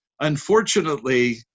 unfortunately